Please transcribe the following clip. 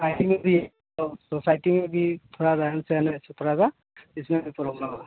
साइटी में भी है तो सोसाइटी में भी थोड़ा रहन सहन अच्छा थोड़ा सा इसी बीच वो लंबा होगा